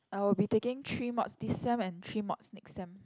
I will be taking three mods this sem and three mods next sem